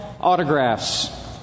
autographs